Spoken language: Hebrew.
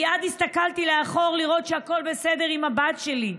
מייד הסתכלתי לאחור לראות שהכול בסדר עם הבת שלי,